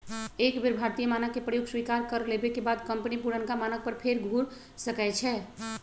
एक बेर भारतीय मानक के प्रयोग स्वीकार कर लेबेके बाद कंपनी पुरनका मानक पर फेर घुर सकै छै